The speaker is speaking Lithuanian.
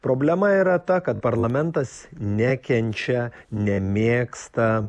problema yra ta kad parlamentas nekenčia nemėgsta